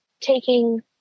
taking